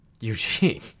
eugene